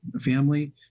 family